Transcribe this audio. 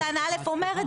סעיף קטן א' אומר את זה.